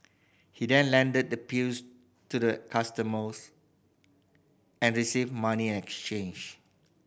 he then handed the pills to the customers and received money exchange